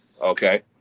Okay